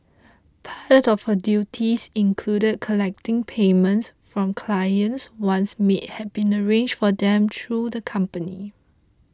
part of her duties included collecting payments from clients once maids had been arranged for them through the company